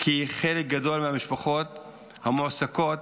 כי חלק גדול מהמשפחות המועסקות